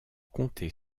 comté